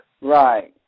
Right